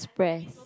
suppress